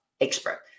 expert